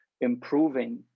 improving